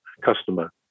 customer